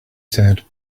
said